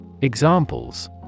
Examples